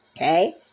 Okay